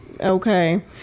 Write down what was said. okay